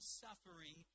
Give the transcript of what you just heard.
suffering